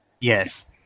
Yes